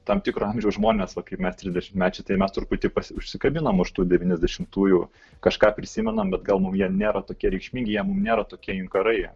tam tikro amžiaus žmonės va kaip mes trisdešimtmečiai tai mes truputį užsikabiname už tų devyniasdešimtųjų kažką prisimenam bet gal mums jie nėra tokie reikšmingi jiems nėra tokie inkarai